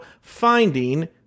Finding